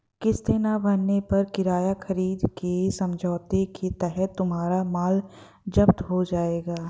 किस्तें ना भरने पर किराया खरीद के समझौते के तहत तुम्हारा माल जप्त हो जाएगा